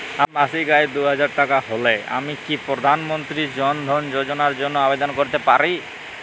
আমার মাসিক আয় দুহাজার টাকা হলে আমি কি প্রধান মন্ত্রী জন ধন যোজনার জন্য আবেদন করতে পারি?